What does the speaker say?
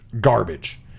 garbage